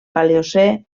paleocè